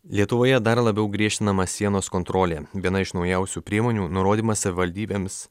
lietuvoje dar labiau griežtinama sienos kontrolė viena iš naujausių priemonių nurodymas savivaldybėms